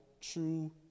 true